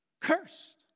Cursed